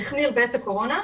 החמיר בעת הקורונה.